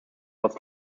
was